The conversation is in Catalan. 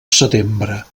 setembre